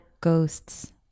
ghosts